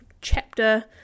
chapter